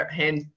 hand